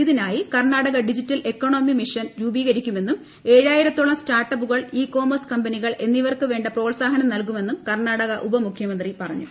ഇതിനായി Karnataka digital economy mission രൂപീകരിക്കുമെന്നും ഏഴായിരത്തോളം സ്റ്റാർട്ടപ്പുകൾ ഇ കൊമേഴ്സ് കമ്പനികൾ എന്നിവർക്ക് വേണ്ട പ്രോർസാഹനം നൽകുമെന്നും കർണാടക ഉപ മുഖ്യമന്ത്രി പറഞ്ഞു